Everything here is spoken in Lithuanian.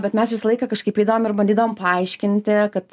bet mes visą laiką kažkaip eidavom ir bandydavom paaiškinti kad